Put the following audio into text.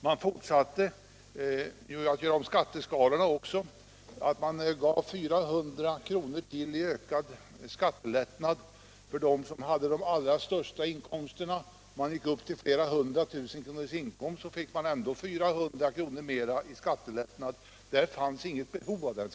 Man gjorde också om skatteskalorna och gav dem som hade de största inkomsterna ytterligare 400 kr. i skattelättnad —- även de som hade flera hundra tusen i inkomst fick denna skattelättnad, trots att det inte fanns något behov av den.